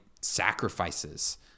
sacrifices